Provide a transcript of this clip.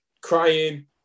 crying